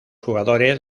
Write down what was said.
jugadores